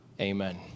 Amen